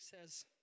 says